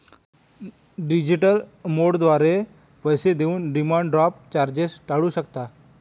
digital मोडद्वारे पैसे देऊन डिमांड ड्राफ्ट चार्जेस टाळू शकता